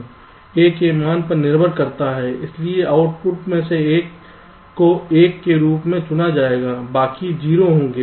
a के मान पर निर्भर करता है इसलिए आउटपुट में से एक को 1 के रूप में चुना जाएगा बाकी 0 होंगे